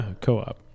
Co-op